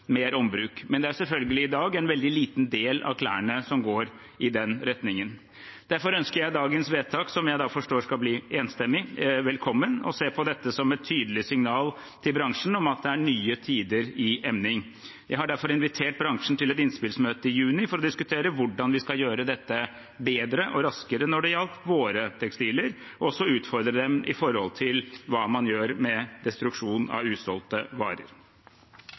mer ombruk, men det er selvfølgelig i dag en veldig liten del av klærne som går i den retningen. Derfor ønsker jeg vedtaket – som jeg forstår skal bli enstemmig – velkomment og ser på dette som et tydelig signal til bransjen om at det er nye tider i emning. Jeg har derfor invitert bransjen til et innspillsmøte i juni for å diskutere hvordan vi skal gjøre dette bedre og raskere når det gjelder våre tekstiler, og også utfordre dem med tanke på hva man gjør med destruksjon av usolgte varer.